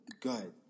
good